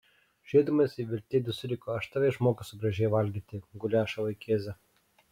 žiūrėdamas į veltėdį suriko aš tave išmokysiu gražiai valgyti guliašą vaikėze